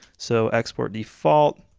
so export default